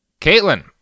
Caitlin